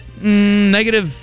negative